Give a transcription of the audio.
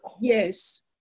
Yes